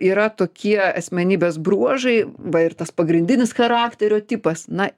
yra tokie asmenybės bruožai va ir tas pagrindinis charakterio tipas na